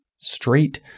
straight